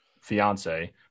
fiance